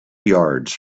yards